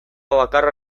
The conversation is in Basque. bakarra